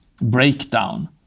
breakdown